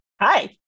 Hi